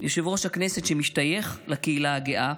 יושב-ראש הכנסת, שמשתייך לקהילה הגאה,